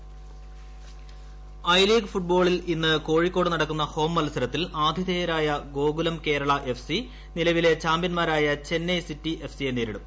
I League football I League ഫുട്ബാളിൽ ഇന്ന് കോഴിക്കോട് നടക്കുന്ന ഹോഠ മത്സരത്തിൽ ആതിഥേയരായ ഗോകുലം കേരള എഫ് സി നിലവിലെ ചാംപ്യന്മാരായ ചെന്നൈ സിറ്റി എഫ് സിയെ നേരിടും